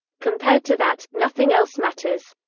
compared to that, nothing else matters.